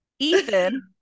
Ethan